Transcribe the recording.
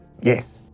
Yes